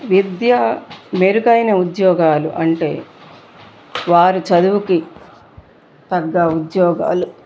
విద్య మెరుగైన ఉద్యోగాలు అంటే వారు చదువుకి తగ్గ ఉద్యోగాలు